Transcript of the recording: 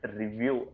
review